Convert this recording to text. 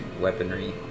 weaponry